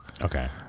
Okay